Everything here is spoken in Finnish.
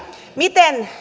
miten